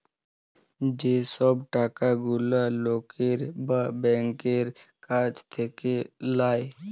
যে সব টাকা গুলা লকের বা ব্যাংকের কাছ থাক্যে লায়